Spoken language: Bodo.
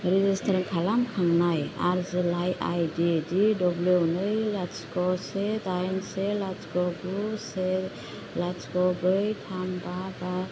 रेजिस्टार खालामखांनाय आर'जलाइ आई डी डि डब्लिउ नै लाथिख' से दाइन से लाथिख' गु से लाथिख' ब्रै थाम बा बा